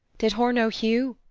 did hur know hugh?